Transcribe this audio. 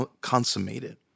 consummated